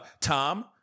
Tom